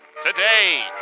today